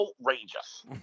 outrageous